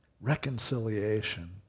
Reconciliation